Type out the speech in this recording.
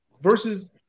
versus